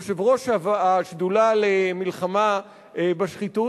יושב-ראש השדולה למלחמה בשחיתות.